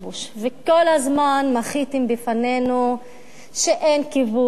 וכל הזמן מחיתם בפנינו שאין כיבוש,